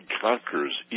conquers